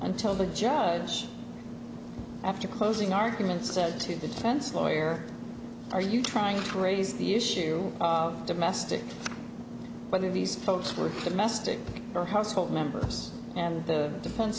until the judge after closing arguments said to the defense lawyer are you trying to raise the issue of domestic whether these folks were the mystic or household members and the defen